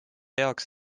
heaks